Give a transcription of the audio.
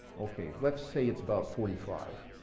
okay, let's say it's about forty five.